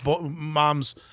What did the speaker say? mom's